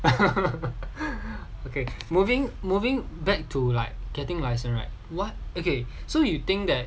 okay moving moving back to like getting license right what okay so you think that